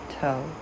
toe